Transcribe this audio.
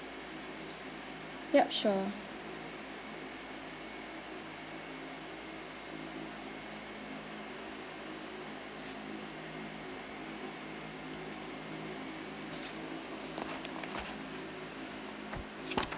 yup sure